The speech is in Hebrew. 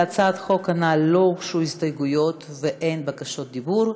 להצעת החוק לא הוגשו הסתייגויות ואין בקשות דיבור,